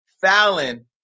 Fallon